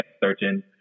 searching